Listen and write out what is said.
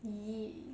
!ee!